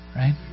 right